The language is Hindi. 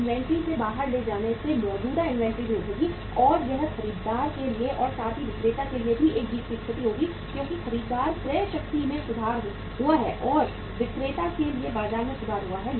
इन्वेंट्री से बाहर ले जाने से मौजूदा इन्वेंट्री भी उठेगी और यह खरीदार के लिए और साथ ही विक्रेता के लिए भी एक जीत की स्थिति होगी क्योंकि खरीदार क्रय शक्ति में सुधार हुआ है और विक्रेता के लिए बाजार में सुधार हुआ है